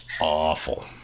awful